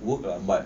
work lah but